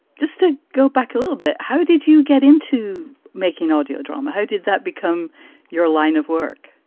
just to go back a little bit, how did you get into making audio drama? how did that become your line of work?